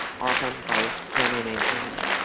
often by family name only.